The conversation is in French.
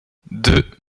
deux